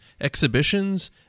exhibitions